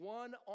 one